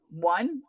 One